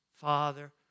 Father